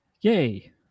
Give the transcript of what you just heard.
Yay